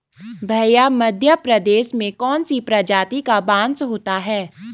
भैया मध्य प्रदेश में कौन सी प्रजाति का बांस होता है?